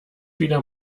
wieder